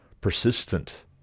persistent